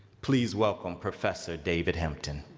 please welcome professor david hampton.